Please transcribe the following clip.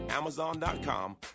Amazon.com